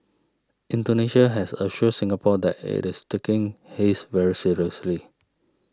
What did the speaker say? Indonesia has assured Singapore that it is taking haze very seriously